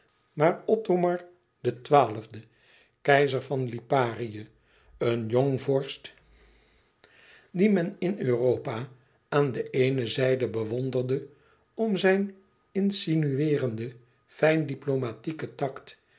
maar othomar xii keizer van liparië een jong vorst dien men in europa aan de eene zijde bewonderde om zijn insinueerenden fijn diplomatieken tact